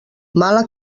mala